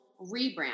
rebrand